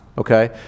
Okay